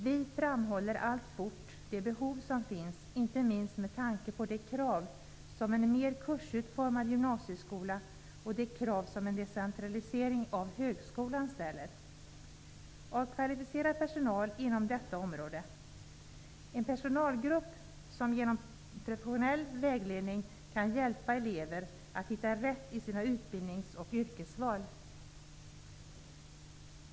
Vi framhåller alltfort de behov som finns, inte minst med tanke på de krav som en mer kursutformad gymnasieskola och en decentralisering av högskolan ställer. Det behövs kvalificerad personal inom detta område, en personalgrupp som med formell vägledning kan hjälpa elever att hitta rätt i sina utbildnings och yrkesval.